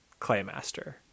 Claymaster